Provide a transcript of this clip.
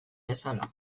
bezala